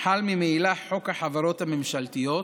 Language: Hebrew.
חל ממילא חוק החברות הממשלתיות,